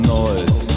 noise